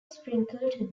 sprinkled